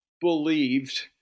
Believed